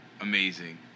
Amazing